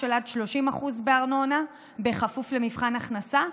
של עד 30% בארנונה בכפוף למבחן הכנסה,